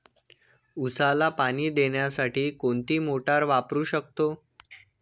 उसाला पाणी देण्यासाठी कोणती मोटार वापरू शकतो?